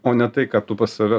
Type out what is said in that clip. o ne tai ką tu pas save